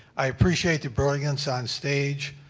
i appreciate the brilliance on stage,